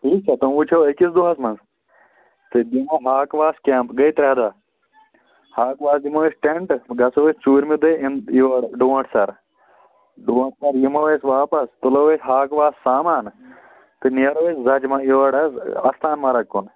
ٹھیٖک چھا تِم وٕچھو أکِس دۄہَس منٛز تہٕ دِمہو ہاک واس کٮ۪مپ گٔے ترٛےٚ دۄہ ہاک واس دِمو أسۍ ٹٮ۪نٛٹ گَژھو أسۍ ژوٗرمہِ دۄہہِ یورٕ ڈونٛٹھ سَرٕ ڈونٛٹھ سر یِمو أسۍ واپس تُلو أسۍ ہاک واس سامان تہٕ نیرو أسۍ زجمَہ یور حظ اَستان مَرٕگ کُن